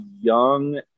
young